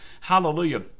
Hallelujah